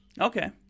Okay